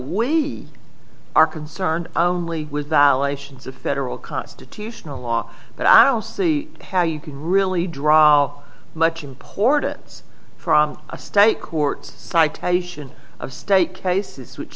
we are concerned only with validations of federal constitutional law but i don't see how you can really draw much importance from a state court citation of state cases which